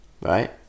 right